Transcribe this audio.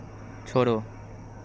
छोड़ो